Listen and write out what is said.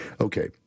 Okay